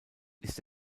ist